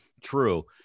True